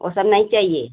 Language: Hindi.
वह सब नहीं चाहिए